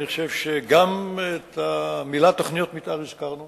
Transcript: אני חושב שגם את המלים "תוכניות מיתאר" הזכרנו